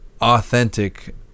authentic